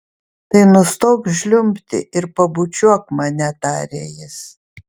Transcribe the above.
tai nustok žliumbti ir pabučiuok mane tarė jis